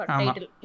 title